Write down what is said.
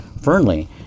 Fernley